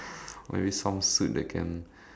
maybe some suit that can